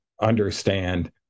understand